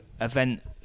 event